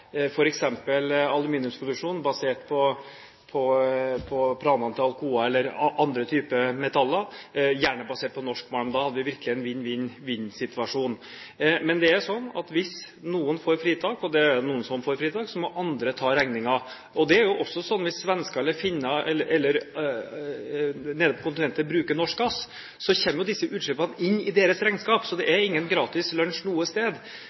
aluminiumsproduksjon basert på planene til Alcoa eller andre typer metaller, gjerne basert på norsk malm. Da hadde vi virkelig en vinn-vinn-vinn-situasjon. Men hvis noen får fritak – og det er det jo noen som får – må andre ta regningen. Det er også slik at hvis svensker, finner eller andre nede på kontinentet bruker norsk gass, kommer jo disse utslippene inn i deres regnskap. Så det er ingen gratis lunsj noe sted.